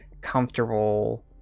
comfortable